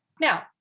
Now